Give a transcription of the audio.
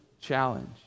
challenge